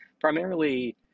primarily